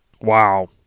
wow